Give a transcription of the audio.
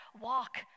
walk